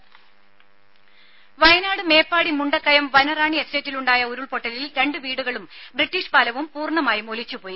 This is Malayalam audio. ദേദ വയനാട് മേപ്പാടി മുണ്ടക്കയം വനറാണി എസ്റ്റേറ്റിലുണ്ടായ ഉരുൾപൊട്ടലിൽ രണ്ട് വീടുകളും ബ്രിട്ടീഷ് പാലവും പൂർണമായും ഒലിച്ചുപോയി